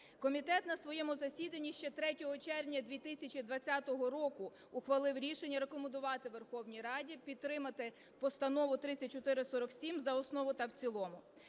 Комітет на своєму засіданні ще 3 червня 2020 року ухвалив рішення рекомендувати Верховній Раді підтримати Постанову 3447 за основу та в цілому.